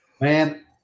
Man